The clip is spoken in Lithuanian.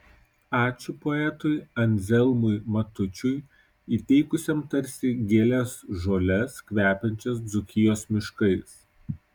ačiū poetui anzelmui matučiui įteikusiam tarsi gėles žoles kvepiančias dzūkijos miškais